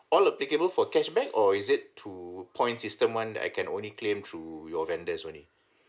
all applicable for cashback or is it to point system [one] that I can only claim through your vendors only